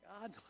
God